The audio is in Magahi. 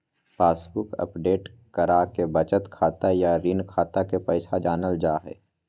पासबुक अपडेट कराके बचत खाता या ऋण खाता के पैसा जानल जा हय